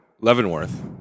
Leavenworth